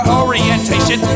orientation